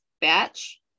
batch